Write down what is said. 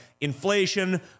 inflation